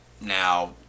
Now